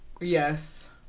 Yes